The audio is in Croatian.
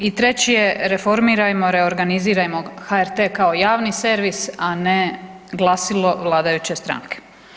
I treći je reformirajmo, reorganizirajmo HRT kao javni servis, a ne glasilo vladajuće stranke.